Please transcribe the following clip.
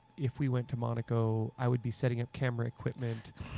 if we went to monaco, i would be setting up camera equipment